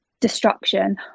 destruction